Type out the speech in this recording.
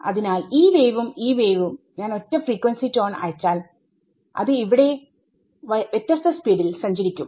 അതിനാൽ ഈ വേവും ഈ വേവും ഞാൻ ഒറ്റ ഫ്രീക്വൻസി ടോൺഅയച്ചാൽ അത് ഇവിടെ വ്യത്യസ്ത സ്പീഡിൽ സഞ്ചരിക്കും